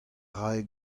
rae